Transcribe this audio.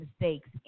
mistakes